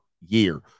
year